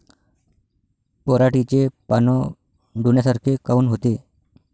पराटीचे पानं डोन्यासारखे काऊन होते?